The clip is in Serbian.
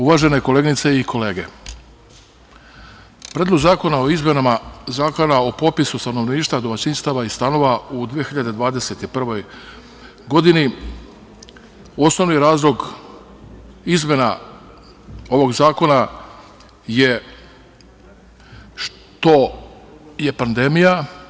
Uvažene koleginice i kolege, Predlog zakona o izmenama Zakona o popisu stanovništva domaćinstava i stanova u 2021. godini, osnovni razlog izmena ovog zakona je što je pandemija.